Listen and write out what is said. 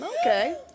Okay